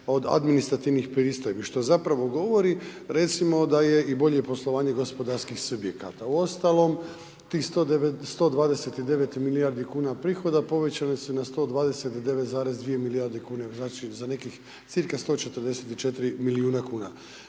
od administrativnih pristojbi. Što zapravo govori recimo da je i bolje poslovanje gospodarskih subjekata. Uostalom, tih 129 milijardi kn prihoda povećani su na 129,2 milijarde kn. Znači za nekih cirka 144 milijuna kn.